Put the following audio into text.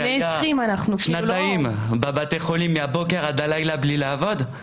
שהיה שנתיים בבתי חולים מהבוקר עד הלילה בלי לעבוד,